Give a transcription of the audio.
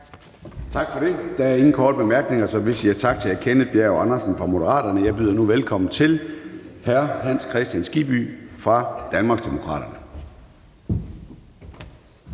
Tak for det. Der er ingen korte bemærkninger, så vi siger tak til fru Charlotte Bagge Hansen fra Moderaterne. Jeg byder nu velkommen til hr. Hans Kristian Skibby fra Danmarksdemokraterne.